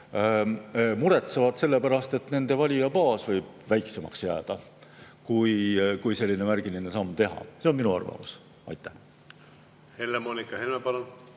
muretsevad selle pärast, et nende valijabaas võib väiksemaks jääda, kui selline märgiline samm teha. See on minu arvamus. Helle-Moonika Helme,